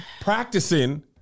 practicing